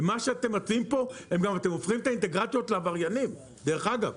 ומה שאתם מציעים אתם גם הופכים את האינטגרציות לעבריינים דרך אגב.